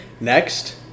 Next